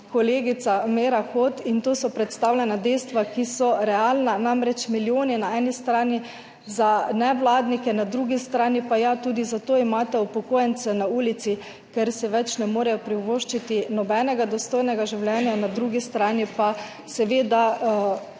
kolegica Meira Hot, in to so predstavljena dejstva, ki so realna, namreč milijoni na eni strani za nevladnike, na drugi strani pa, ja, tudi zato imate upokojence na ulici, ker si več ne morejo privoščiti nobenega dostojnega življenja, na drugi strani pa seveda ogromno